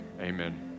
amen